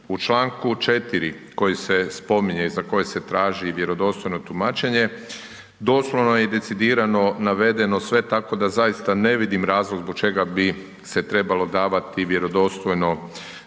U čl. 4. koji se spominje i za koje se traži vjerodostojno tumačenje, doslovno je i decidirano navedeno sve, tako da zaista ne vidim razlog zbog čega bi se trebalo davati vjerodostojno tumačenje